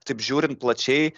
taip žiūrint plačiai